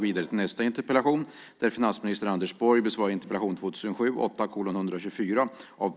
Herr talman!